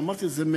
אמרתי את זה,